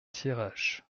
thiérache